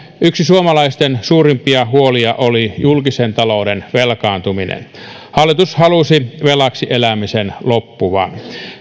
yksi suomalaisten suurimpia huolia oli julkisen talouden velkaantuminen hallitus halusi velaksi elämisen loppuvan